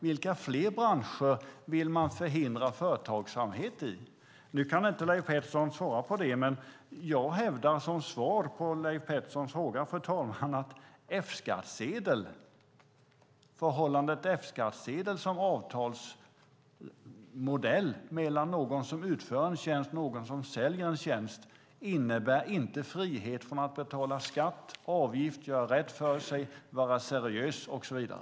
Vilka fler branscher vill man förhindra företagsamhet i? Nu kan inte Leif Pettersson svara, men jag hävdar som svar att F-skattsedel som modell för förhållandet mellan någon som utför en tjänst och någon som säljer en tjänst inte innebär frihet från att betala skatt, avgift, göra rätt för sig, vara seriös och så vidare.